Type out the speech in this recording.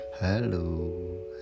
Hello